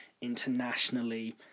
internationally